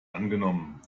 angenommen